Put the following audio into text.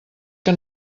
que